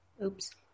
Oops